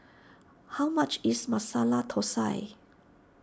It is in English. how much is Masala Thosai